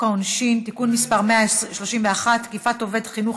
העונשין (תיקון מס' 131) (תקיפת עובד חינוך),